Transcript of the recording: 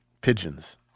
pigeons